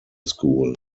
school